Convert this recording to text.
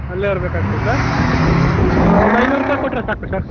ಅಲ್ಲೇ ಇರ್ಬೇಕಾಗ್ತದಾ ಸರ್ ಒಂದು ಐನೂರು ರೂಪಾಯಿ ಕೊಟ್ಟರೆ ಸಾಕು ಸರ್